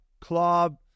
club